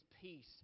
peace